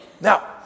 Now